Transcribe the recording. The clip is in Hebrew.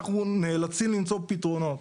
ואנחנו נאלצים למצוא פתרונות.